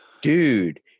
Dude